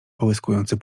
połyskujący